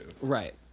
Right